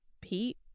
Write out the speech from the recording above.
Pete